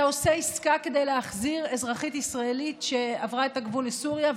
אתה עושה עסקה כדי להחזיר אזרחית ישראלית שעברה את הגבול לסוריה,